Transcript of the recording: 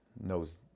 knows